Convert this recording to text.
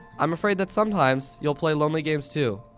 i'm afraid that sometimes you'll play lonely games too.